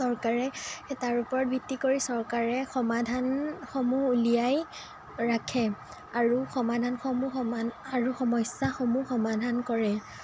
চৰকাৰে তাৰ ওপৰত ভিত্তি কৰি চৰকাৰে সমাধানসমূহ উলিয়াই ৰাখে আৰু সমাধানসমূহ সমান আৰু সমস্যাসমূহ সমাধান কৰে